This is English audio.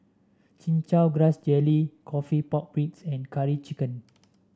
Chin Chow Grass Jelly coffee Pork Ribs and Curry Chicken